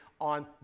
on